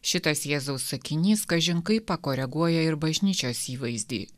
šitas jėzaus sakinys kažin kaip pakoreguoja ir bažnyčios įvaizdį